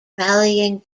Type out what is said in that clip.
rallying